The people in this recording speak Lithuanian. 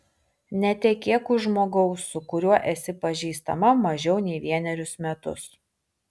netekėk už žmogaus su kuriuo esi pažįstama mažiau nei vienerius metus